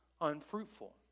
unfruitful